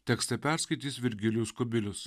tekstą perskaitys virgilijus kubilius